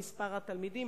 במספר התלמידים,